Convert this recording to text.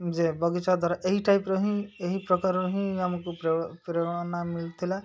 ଯେ ବଗିଚା ଧର ଏହି ଟାଇପ୍ର ହିଁ ଏହି ପ୍ରକାରର ହିଁ ଆମକୁ ପ୍ରେରଣା ମିିଳିଥିଲା